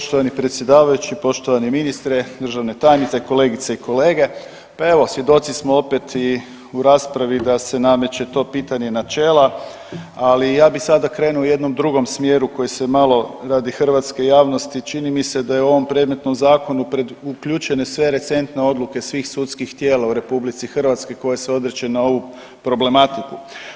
Poštovani predsjedavajući, poštovani ministre, državne tajnice, kolegice i kolege, pa evo svjedoci smo opet i u raspravi da se nameće to pitanje načela, ali ja bi sada krenuo u jednom drugom smjeru koji se malo radi hrvatske javnosti čini mi se da je u ovom predmetnom zakonu pred, uključene sve recentne odluke svih sudskih tijela u RH koje se odreče na ovu problematiku.